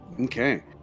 Okay